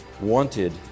wanted